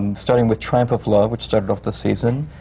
starting with triumph of love, which started off the season.